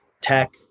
tech